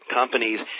companies